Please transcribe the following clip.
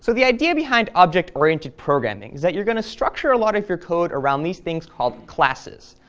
so the idea behind object-oriented programming is that you're going to structure a lot of your code around these things called classes,